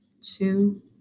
two